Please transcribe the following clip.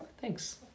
thanks